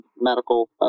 medical